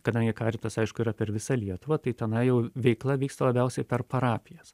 kadangi karitas aišku yra per visą lietuvą tai tenai jau veikla vyksta labiausiai per parapijas